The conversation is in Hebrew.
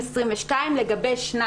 דבר שני